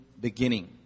beginning